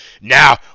Now